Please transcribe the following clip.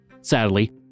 Sadly